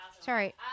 Sorry